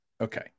Okay